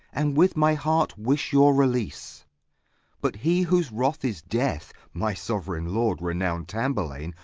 and with my heart wish your release but he whose wrath is death, my sovereign lord, renowmed tamburlaine,